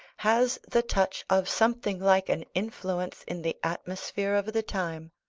has the touch of something like an influence in the atmosphere of the time.